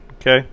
okay